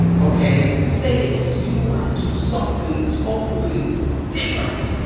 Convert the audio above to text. ok. say it's you want to do something totally different.